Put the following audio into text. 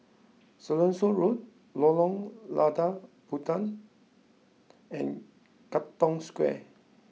Siloso Road Lorong Lada Puteh and Katong Square